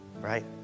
right